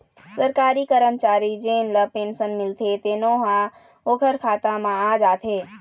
सरकारी करमचारी जेन ल पेंसन मिलथे तेनो ह ओखर खाता म आ जाथे